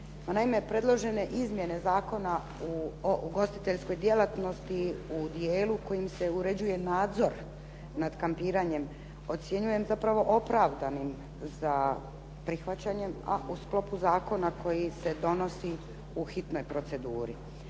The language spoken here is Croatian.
naime, predložene izmjene Zakona o ugostiteljskoj djelatnosti u dijelu kojim se uređuje nadzor nad kampiranjem ocjenjujem zapravo opravdanim za prihvaćanjem, a u sklopu zakona koji se donosi u hitnoj proceduri.